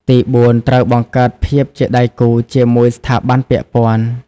ទីបួន ត្រូវ បង្កើតភាពជាដៃគូជាមួយស្ថាប័នពាក់ព័ន្ធ។